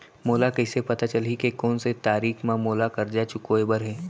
मोला कइसे पता चलही के कोन से तारीक म मोला करजा चुकोय बर हे?